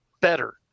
better